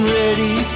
ready